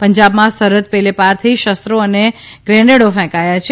પંજાબમાં સરહદ પેલે પારથી શસ્ત્રો ને ગ્રેનેડો ફેંકાથા છે